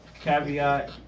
Caveat